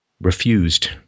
refused